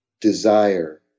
desire